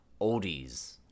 oldies